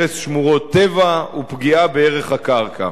הרס שמורות טבע ופגיעה בערך הקרקע.